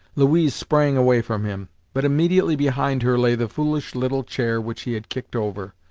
louise sprang away from him but immediately behind her lay the foolish little chair which he had kicked over,